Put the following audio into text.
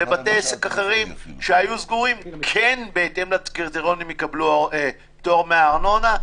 ובתי עסק שהיו סגורים כן בהתאם לקריטריונים יקבלו פטור מארנונה.